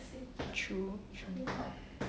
true true